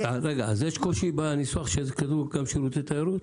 יש קושי בניסוח שקבעו, של "שירותי תיירות"?